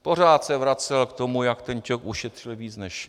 Pořád se vracel k tomu, jak ten Ťok ušetřil víc než...